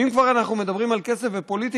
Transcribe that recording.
ואם כבר אנחנו מדברים על כסף ופוליטיקה,